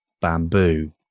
bamboo